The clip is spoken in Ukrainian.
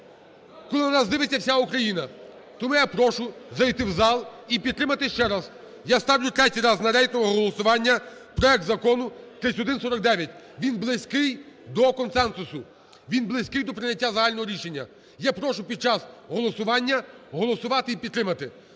коли на нас дивиться вся Україна. Тому я прошу зайти в зал і підтримати ще раз. Я ставлю тертій раз на рейтингове голосування проект Закону 3149, він близький до консенсусу, він близький до прийняття загального рішення. Я прошу під час голосування голосувати і підтримати.